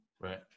Right